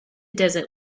desert